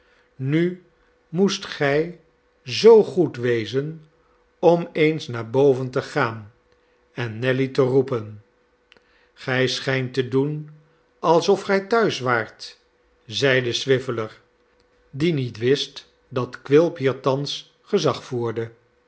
nu moest gij zoo goed wezen om eens naar boven te gaan en nelly te roepen gij schijnt te doen alsof gij thuis waart zeide swiveller die niet wist dat quilp hier thans gezag voerde